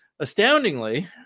Astoundingly